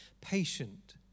Patient